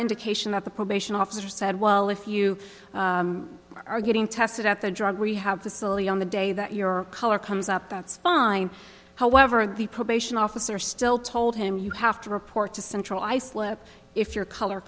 indication that the probation officer said well if you are getting tested at the drug rehab facility on the day that your color comes up that's fine however the probation officer still i told him you have to report to central islip if your color